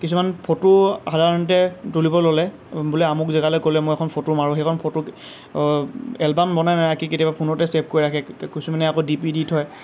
কিছুমান ফটো সাধাৰণতে তুলিব ল'লে বোলে আমুক জেগালে গ'লে মই এখন ফটো মাৰোঁ সেইখন ফটোক এলবাম বনাই নাৰাখি কেতিয়াবা ফোনতে ছেভ কৰি ৰাখে কিছুমানে আকৌ ডিপি দি থয়